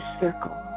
circle